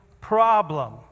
problem